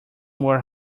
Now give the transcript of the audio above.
were